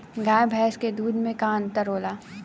गाय भैंस के दूध में का अन्तर होला?